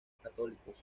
católicos